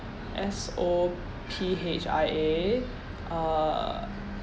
S O P H I A uh